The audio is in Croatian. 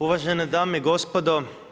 Uvažene dame i gospodo.